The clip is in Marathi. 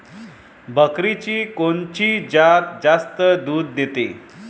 बकरीची कोनची जात जास्त दूध देते?